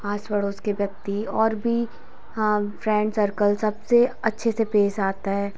आस पड़ोस के व्यक्ति और भी हाँ फ्रेंड सर्कल सबसे अच्छे से पेश आता है